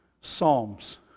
Psalms